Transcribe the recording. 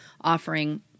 offering